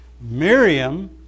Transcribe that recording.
Miriam